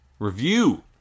Review